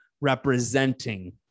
representing